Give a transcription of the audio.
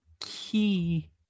key